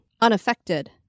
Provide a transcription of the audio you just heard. unaffected